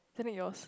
isn't it yours